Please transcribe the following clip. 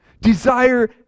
Desire